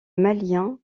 malien